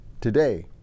today